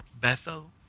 Bethel